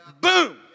boom